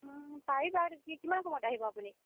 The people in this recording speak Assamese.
পাৰিবা কিমান সময়ত আহিব আপুনি